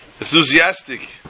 enthusiastic